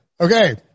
Okay